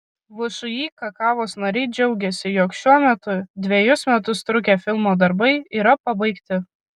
všį kakavos nariai džiaugiasi jog šiuo metu dvejus metus trukę filmo darbai yra pabaigti